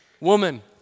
woman